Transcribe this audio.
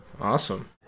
Awesome